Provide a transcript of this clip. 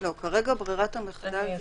כרגע ברירת המחדל,